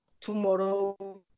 tomorrow